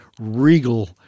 regal